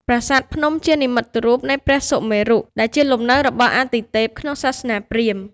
ប្រាសាទភ្នំជានិមិត្តរូបនៃភ្នំព្រះសុមេរុ ដែលជាលំនៅរបស់អាទិទេពក្នុងសាសនាព្រាហ្មណ៍។